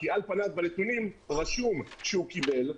כי על פניו בנתונים רשום שהוא קיבל,